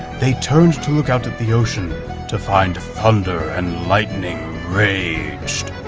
they turned to look out at the ocean to find thunder and lightning raged